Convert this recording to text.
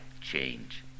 change